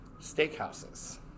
steakhouses